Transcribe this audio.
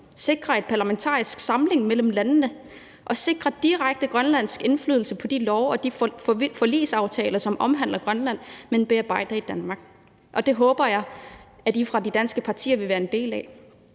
sikre en parlamentarisk samling mellem landene og sikre direkte grønlandsk indflydelse på de love og de forligsaftaler, som omhandler Grønland, og som man bearbejder i Danmark, og det håber jeg at I fra de danske partier vil være en del af.